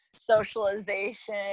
socialization